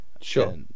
Sure